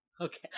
Okay